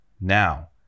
Now